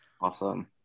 Awesome